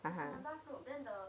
(uh huh)